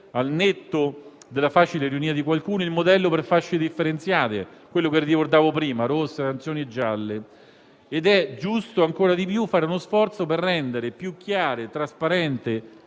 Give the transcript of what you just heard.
al netto della facile ironia di qualcuno, il modello per fasce differenziate che ricordavo prima (rosse, arancioni e gialle). Ed è giusto ancora di più fare uno sforzo per rendere più chiare, trasparenti